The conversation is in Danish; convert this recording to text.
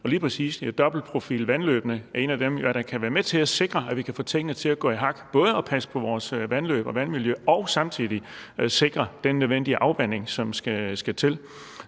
er noget af det, der kan være med til at sikre, at vi kan få tingene til at falde i hak, altså både passe på vores vandløb og vandmiljø og samtidig sikre den nødvendige afvanding, som skal til.